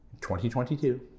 2022